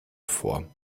vor